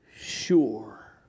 sure